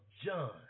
John